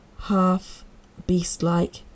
half-beast-like